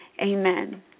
Amen